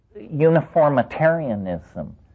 uniformitarianism